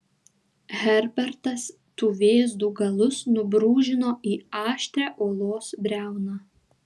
herbertas tų vėzdų galus nubrūžino į aštrią uolos briauną